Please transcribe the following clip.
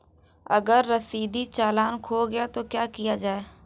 अगर रसीदी चालान खो गया तो क्या किया जाए?